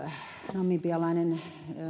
namibialainen